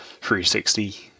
360